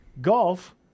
golf